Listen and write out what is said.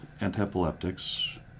antiepileptics